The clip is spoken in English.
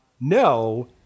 no